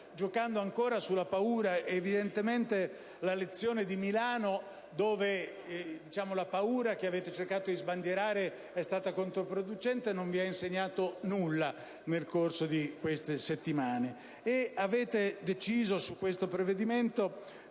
leva ancora sulla paura: evidentemente, la lezione di Milano, dove la paura che avete cercato di sbandierare è risultata controproducente, non vi ha insegnato nulla nel corso delle ultime settimane. Avete deciso di mettere su questo provvedimento